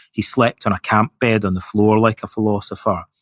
he slept on a camp bed on the floor like a philosopher,